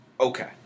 Okay